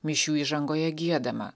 mišių įžangoje giedama